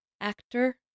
actor